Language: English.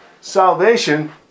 salvation